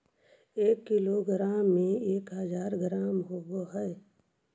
एक किलोग्राम में एक हज़ार ग्राम होव हई